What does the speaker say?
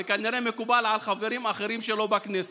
וכנראה מקובל על חברים אחרים שלו בכנסת,